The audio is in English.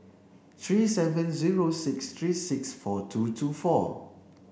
three seven zero six three six four two two four